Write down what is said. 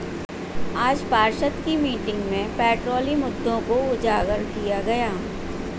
आज पार्षद की मीटिंग में पोल्ट्री मुद्दों को उजागर किया गया